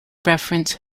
reference